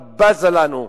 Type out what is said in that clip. היא בזה לנו,